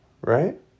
right